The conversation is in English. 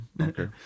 Okay